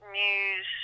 news